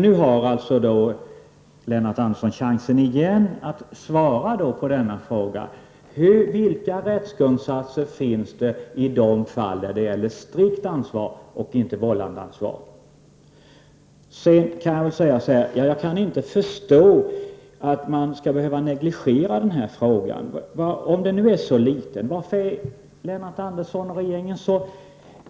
Nu har Lennart Andersson chansen igen att svara på frågan: Vilka rättsgrundsatser finns det i de fall då det gäller strikt ansvar och inte vållandeansvar? Jag kan inte förstå att man skall behöva negligera denna fråga. Om den nu är så liten, varför är Lennart Andersson och regeringen så